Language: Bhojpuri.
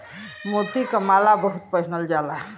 मोती क माला बहुत पहिनल जाला